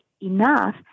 enough